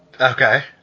Okay